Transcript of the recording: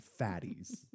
fatties